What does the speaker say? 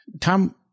Tom